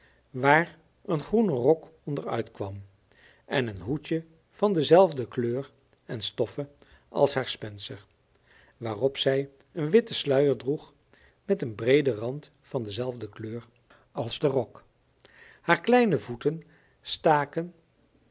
waar een groene rok onder uitkwam en een hoedje van dezelfde kleur en stoffe als haar spencer waarop zij een witten sluier droeg met een breeden rand van dezelfde kleur als de rok haar kleine voeten staken